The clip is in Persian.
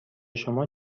شما